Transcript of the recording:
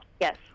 Yes